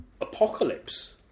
apocalypse